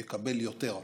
יקבל יותר.